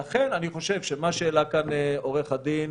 לכן, אני חושב שמה שהעלה כאן עורך הדין